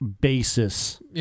basis